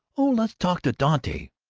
oh, let's talk to dante!